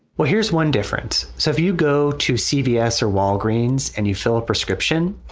well, here's one difference. so if you go to c v s or walgreens and you fill a prescription,